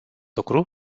lucru